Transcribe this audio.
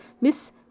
Miss